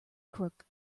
crook